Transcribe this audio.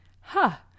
Ha